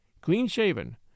clean-shaven